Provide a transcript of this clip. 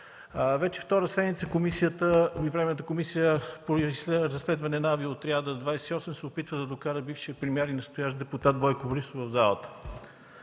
Вече втора седмица Временната комисия по разследване на Авиоотряд 28 се опитва да докара бившия премиер и настоящ депутат Бойко Борисов в залата.